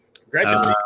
Congratulations